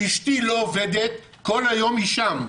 אשתי לא עובדת, כל היום היא שם,